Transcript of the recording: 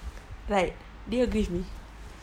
like do you agree with me